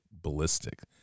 ballistic